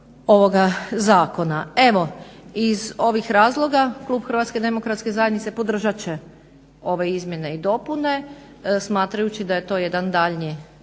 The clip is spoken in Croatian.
ovoga zakona. Evo, iz ovih razloga klub HDZ-a podržat će ove izmjene i dopune smatrajući da je to jedan daljnji korak